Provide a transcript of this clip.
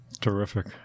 terrific